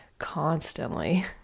constantly